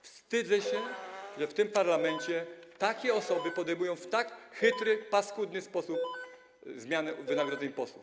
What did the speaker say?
Wstydzę się, że w tym parlamencie takie osoby podejmują się w tak chytry, paskudny sposób zmiany wynagrodzeń posłów.